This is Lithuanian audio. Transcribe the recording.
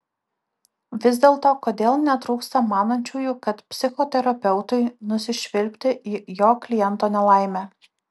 vis dėlto kodėl netrūksta manančiųjų kad psichoterapeutui nusišvilpti į jo kliento nelaimę